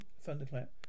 Thunderclap